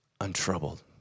untroubled